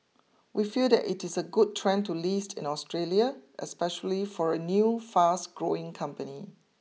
we feel that it is a good trend to list in Australia especially for a new fast growing company